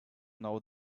know